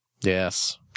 yes